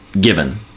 given